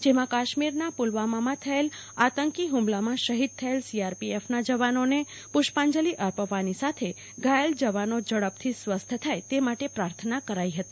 જેમાં કાશ્મીરના પુલવામા માં થયેલ આતંકી હુમલામાં શહીદ થયેલ સીઆરસીએફના જવાનોને પુષ્પાંજલિ અર્પવાની સાથે ઘાયલ જવાનો ઝડપથી સ્વસ્થ થાય તે માટે પ્રાથના કરાઈ હતી